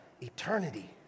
eternity